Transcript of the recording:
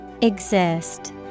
Exist